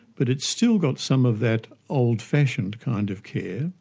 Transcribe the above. but it's still got some of that old-fashioned kind of care,